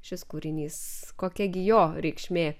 šis kūrinys kokia gi jo reikšmė